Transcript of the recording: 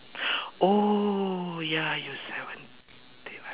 oh ya you seventeen